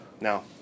Now